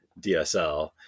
DSL